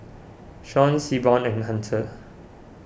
Shawn Seaborn and Hunter